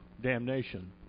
damnation